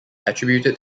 attributed